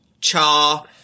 cha